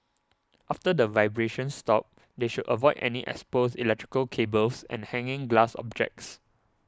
after the vibrations stop they should avoid any exposed electrical cables and hanging glass objects